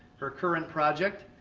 her current project,